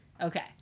Okay